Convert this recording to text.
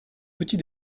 petit